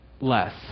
less